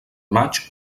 maig